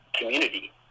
community